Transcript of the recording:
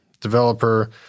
developer